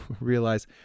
realize